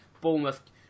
Bournemouth